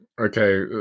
Okay